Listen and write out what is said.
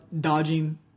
dodging